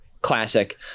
classic